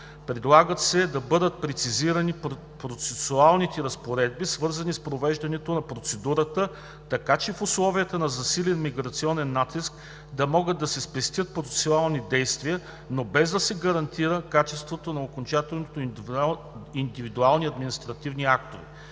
Предлагат се да бъдат прецизирани процесуалните разпоредби, свързани с провеждане на процедурата, така че в условията на засилен миграционен натиск да могат да се спестят процесуални действия, но без да се гарантира качеството на окончателните индивидуални административни актове.